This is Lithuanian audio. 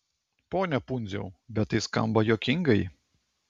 pone pundziau bet tai skamba juokingai